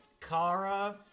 Kara